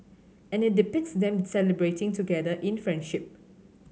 and it depicts them celebrating together in friendship